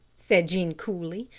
said jean coolly,